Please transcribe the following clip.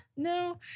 No